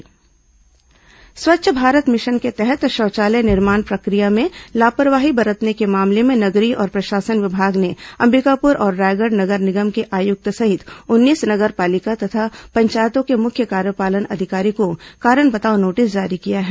CMO notice Swachh Bharat mission के तहत शौचालय निर्माण प्रक्रिया में लापरवाही बरतने के मामले में नगरीय और प्रशासन विमाग ने अंबिकापुर और रायगढ़ नगर निगम के आयुक्त सहित उन्नीस नगर पालिका तथा पंचायतों के मुख्य कार्यपालन अधिकारी को कारण बताओ नोटिस जारी किया है